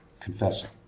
confessing